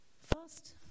First